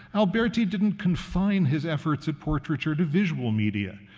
alberti didn't confine his efforts at portraiture to visual media.